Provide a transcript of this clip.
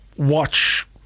watch